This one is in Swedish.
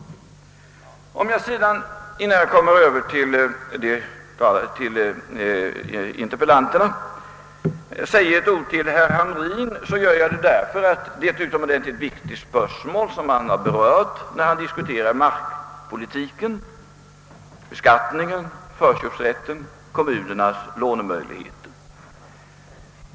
Om jag sedan, innan jag kommer över till interpellanternas anföranden säger några ord till herr Hamrin i Kalmar, gör jag detta därför att det är ett utomordentligt viktigt spörsmål som han berörde när han tog upp markpolitiken, beskattningen, förköpsrätten och kommunernas lånemöjligheter.